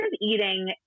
eating